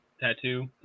tattoo